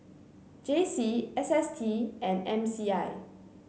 J C S S T and M C I